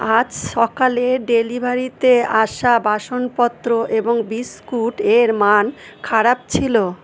আজ সকালে ডেলিভারিতে আসা বাসনপত্র এবং বিস্কুট এর মান খারাপ ছিলো